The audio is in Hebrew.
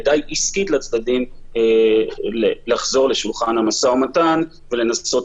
כדאי עסקית לצדדים לחזור לשולחן המשא ומתן ולנסות